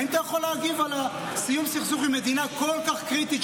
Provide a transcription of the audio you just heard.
האם אתה יכול להגיב על סיום הסכסוך עם מדינה כל כך קריטית,